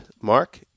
Mark